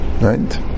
Right